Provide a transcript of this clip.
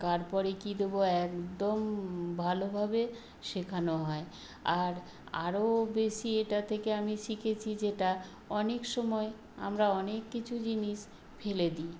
কার পরে কী দেবো একদম ভালোভাবে শেখানো হয় আর আরও বেশি এটা থেকে আমি শিখেছি যেটা অনেক সময় আমরা অনেক কিছু জিনিস ফেলে দিই